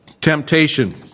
temptation